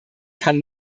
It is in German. kann